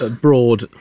broad